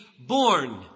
born